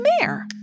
mayor